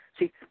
See